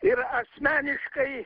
ir asmeniškai